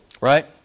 Right